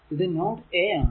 ഇത് node a ആണ്